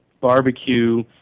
barbecue